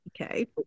Okay